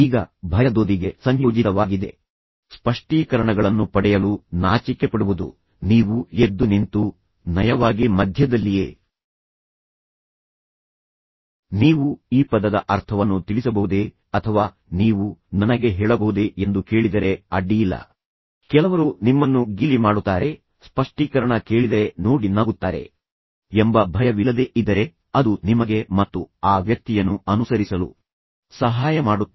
ಈಗ ಇದನ್ನು ಭಯದೊಂದಿಗೆ ಸಂಯೋಜಿತವಾಗಿದೆ ಅಥವಾ ಸ್ಪಷ್ಟೀಕರಣಗಳನ್ನು ಪಡೆಯಲು ನಾಚಿಕೆಪಡುವುದು ನೀವು ಎದ್ದು ನಿಂತು ನಯವಾಗಿ ಮಧ್ಯದಲ್ಲಿಯೇ ನೀವು ಈ ಪದದ ಅರ್ಥವನ್ನು ತಿಳಿಸಬಹುದೇ ಅಥವಾ ನೀವು ನನಗೆ ಹೇಳಬಹುದೇ ಎಂದು ಕೇಳಿದರೆ ಅಡ್ಡಿಯಿಲ್ಲ ಕೆಲವರು ನಿಮ್ಮನ್ನು ಗೇಲಿ ಮಾಡುತ್ತಾರೆ ಸ್ಪಷ್ಟೀಕರಣ ಕೇಳಿದರೆ ನೋಡಿ ನಗುತ್ತಾರೆ ಎಂಬ ಭಯವಿಲ್ಲದೆ ಇದ್ದರೆ ಅದು ನಿಮಗೆ ಒಂದು ಕಲ್ಪನೆಯಿಂದ ಇನ್ನೊಂದು ಕಲ್ಪನೆಗೆ ಹೋಗಲು ಮತ್ತು ಆ ವ್ಯಕ್ತಿಯನ್ನು ಅನುಸರಿಸಲು ಸಹಾಯ ಮಾಡುತ್ತದೆ